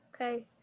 Okay